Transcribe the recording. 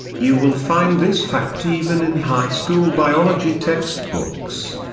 you will find this fact even in high school biology text books.